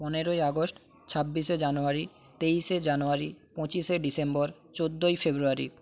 পনেরোই আগস্ট ছাব্বিশে জানুয়ারি তেইশে জানুয়ারি পঁচিশে ডিসেম্বর চোদ্দই ফেব্রুয়ারি